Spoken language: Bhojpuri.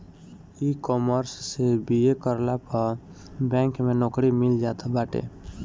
इकॉमर्स से बी.ए करला पअ बैंक में नोकरी मिल जात बाटे